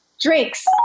drinks